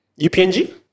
UPNG